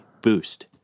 boost